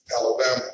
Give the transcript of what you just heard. Alabama